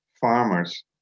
farmers